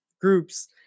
groups